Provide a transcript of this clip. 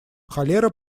холера